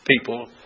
people